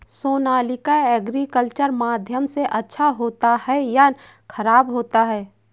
Sonalika agriculture माध्यम से अच्छा होता है या ख़राब होता है?